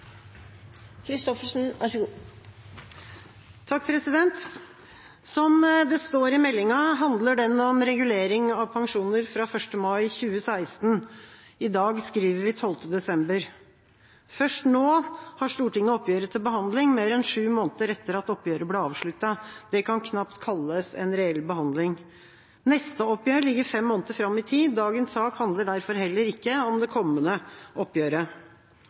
desember. Først nå har Stortinget oppgjøret til behandling, mer enn sju måneder etter at oppgjøret ble avsluttet. Det kan knapt kalles en reell behandling. Neste oppgjør ligger fem måneder fram i tid. Dagens sak handler derfor heller ikke om det kommende oppgjøret.